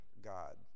God